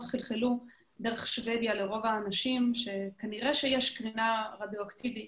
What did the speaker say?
חלחלו דרך שוודיה לרוב האנשים שכנראה שיש קרינה רדיואקטיבית